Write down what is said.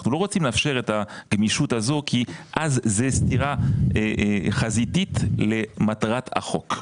אנחנו לא רוצים לאפשר את הגמישות הזו כי אז זו סתירה חזיתית למטרת החוק.